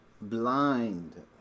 Blind